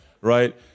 right